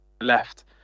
left